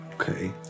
Okay